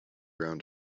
round